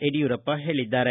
ಯಡಿಯೂರಪ್ಪ ಹೇಳಿದ್ದಾರೆ